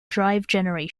generation